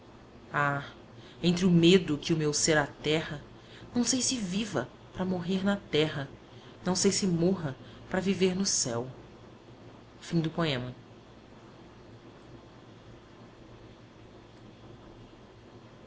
entre o medo que o meu ser aterra não sei se viva pra morrer na terra não sei se morra pra viver no céu a